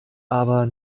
aber